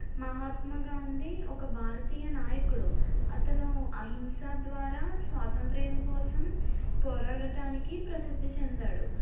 మహాత్మా గాంధీ ఒక భారతీయ నాయకుడు అతను అహింస ద్వారా స్వాతంత్య్రం కోసం పోరాడటానికి ప్రసిద్ధి చెందాడు